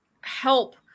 help